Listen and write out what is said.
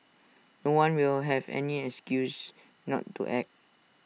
no one will have any excuse not to act